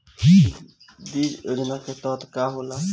बीज योजना के तहत का का होला?